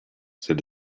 said